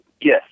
Yes